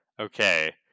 Okay